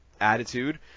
attitude